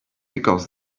because